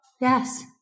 Yes